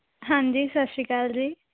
ਹਾਂਜੀ ਸਤਿ ਸ਼੍ਰੀ ਅਕਾਲ ਜੀ